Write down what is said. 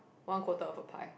one quarter of a pie